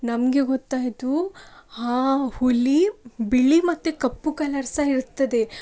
ನಮಗೆ ಗೊತ್ತಾಯಿತು ಹಾಂ ಹುಲಿ ಬಿಳಿ ಮತ್ತು ಕಪ್ಪು ಕಲ್ಲರ್ ಸಹ ಇರ್ತದೆ